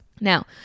Now